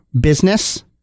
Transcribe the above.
business